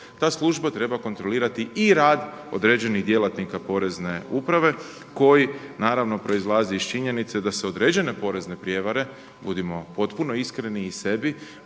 ta služba treba kontrolirati i rad određenih djelatnika porezne uprave, koji naravno proizlazi iz činjenice da se određene porezne prijevare, budimo potpuno iskreni i sebi,